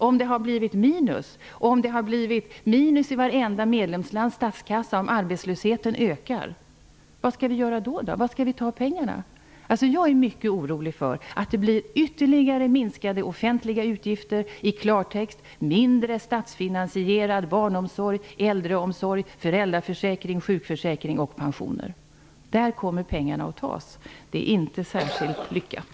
Om det blir minus i vartenda medlemslands statskassa och om arbetslösheten ökar, vad skall vi göra då? Var skall vi ta pengarna? Jag är mycket orolig för att det blir ytterligare minskade offentliga utgifter. I klartext blir det mindre statsfinansierad barnomsorg, äldreomsorg, föräldraförsäkring, sjukförsäkring och pensioner. Där kommer pengarna att tas. Det är inte särskilt lyckat.